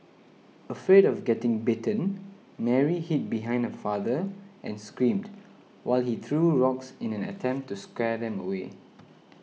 afraid of getting bitten Mary hid behind her father and screamed while he threw rocks in an attempt to scare them away